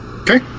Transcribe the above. Okay